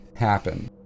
happen